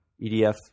EDF